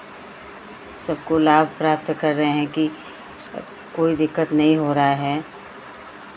सबको लाभ प्राप्त कर रहे हैं कि अब कोई दिक्कत नहीं हो रहा है